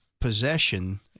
possession